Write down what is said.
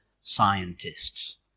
scientists